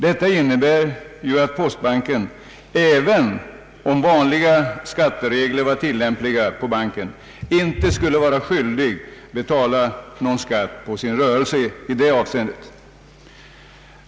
Detta innebär ju att postbanken, även om vanliga skatteregler varit tillämpliga på banken, inte skulle vara skyldig att betala någon skatt på sin rörelse i detta avseende.